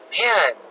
man